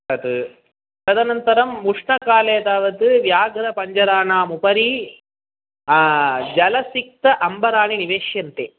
तत् तदनन्तरम् उष्णकाले तावत् व्याघ्रपञ्जराणामुपरि जलसिक्त अम्बराणि निवेश्यन्ते